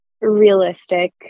realistic